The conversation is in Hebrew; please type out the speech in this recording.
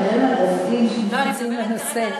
אנחנו מדברים על רופאים שמתמצאים בנושא.